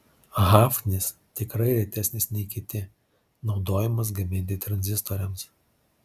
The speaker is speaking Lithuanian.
hafnis tikrai retesnis nei kiti naudojamas gaminti tranzistoriams